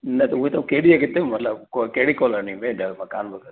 न उहो त कहिड़ी जॻह ते मतिलब कहिड़ी कॉलोनीअ में घर मकान वग़ैरह